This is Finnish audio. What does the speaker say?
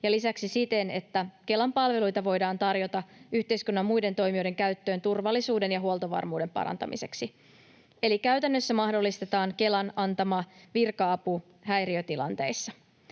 ja lisäksi siten, että Kelan palveluita voidaan tarjota yhteiskunnan muiden toimijoiden käyttöön turvallisuuden ja huoltovarmuuden parantamiseksi. Eli käytännössä mahdollistetaan Kelan antama virka-apu häiriötilanteissa.